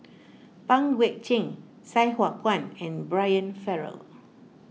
Pang Guek Cheng Sai Hua Kuan and Brian Farrell